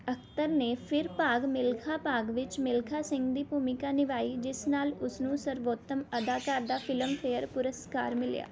ਅਖ਼ਤਰ ਨੇ ਫਿਰ ਭਾਗ ਮਿਲਖਾ ਭਾਗ ਵਿੱਚ ਮਿਲਖਾ ਸਿੰਘ ਦੀ ਭੂਮਿਕਾ ਨਿਭਾਈ ਜਿਸ ਨਾਲ ਉਸ ਨੂੰ ਸਰਵੋਤਮ ਅਦਾਕਾਰ ਦਾ ਫਿਲਮਫੇਅਰ ਪੁਰਸਕਾਰ ਮਿਲਿਆ